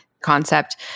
concept